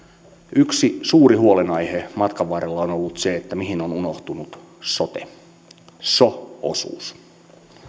yksi suuri huolenaihe matkan varrella on ollut mihin on on unohtunut soten so osuus